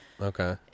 Okay